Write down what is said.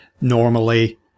normally